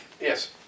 Yes